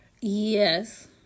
Yes